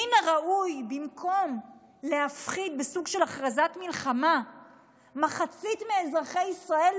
במקום להפחיד בהכרזת מלחמה על מחצית מאזרחי ישראל,